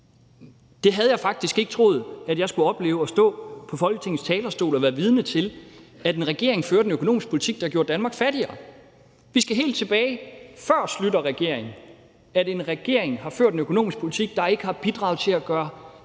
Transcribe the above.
Jeg havde faktisk ikke troet, at jeg skulle opleve at stå på Folketingets talerstol og være vidne til, at en regering fører en økonomisk politik, der gør Danmark fattigere. Vi skal helt tilbage til før Schlüterregeringen, for at en regering har ført en økonomisk politik, der ikke har bidraget til at gøre